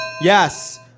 Yes